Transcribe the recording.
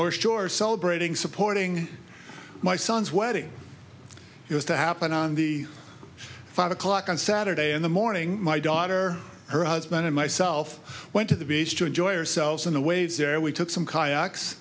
north shore celebrating supporting my son's wedding has to happen on the five o'clock on saturday in the morning my daughter her husband and myself went to the beach to enjoy ourselves in the waves there we took some kayaks